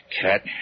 Cat